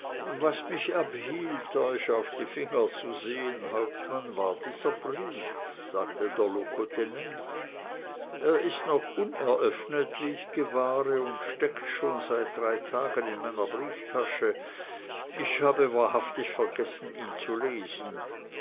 was mich abhielt euch auf die finger zu sehen hauptmann war dieser brief sagte der locotenent er ist noch uneröffnet wie ich gewahre und steckt schon seit drei tagen in meiner brieftasche ich habe wahrhaftig vergessen ihn zu lesen